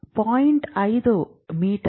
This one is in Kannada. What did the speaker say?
5 ಮೀಟರ್